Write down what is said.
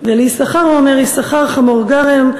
וליששכר הוא אומר: "יששכר חמֹר גרם,